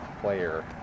player